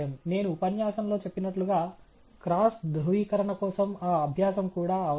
నేను ఉపన్యాసంలో చెప్పినట్లుగా క్రాస్ ధ్రువీకరణ కోసం ఆ అభ్యాసం కూడా అవసరం